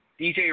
DJ